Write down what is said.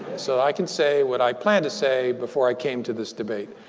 so i can say what i plan to say before i came to this debate.